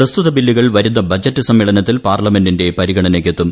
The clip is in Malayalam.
പ്രസ്ത്രുത ബില്ലുകൾ വരുന്ന ബജറ്റ് സമ്മേളനത്തിൽ പാർലമെന്റിന്റെ പരിഗണനയ്ക്കെത്തും